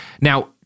Now